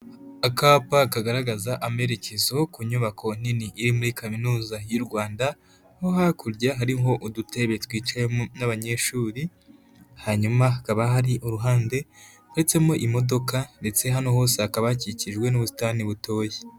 Akapa kagaragaza amerekezo ku nyubako nini iri muri Kaminuza y'u Rwanda, nko hakurya hari udutebe twicayemo n'abanyeshuri, hanyuma hakaba hari uruhande ruparitsemo imodoka, ndetse hano hose hakaba hakikijwe n'ubusitani butoshye.